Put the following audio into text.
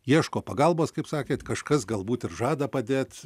ieško pagalbos kaip sakėt kažkas galbūt ir žada padėt